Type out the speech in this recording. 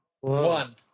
One